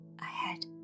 ahead